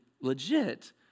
legit